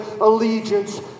allegiance